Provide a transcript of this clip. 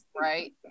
right